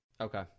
okay